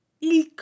il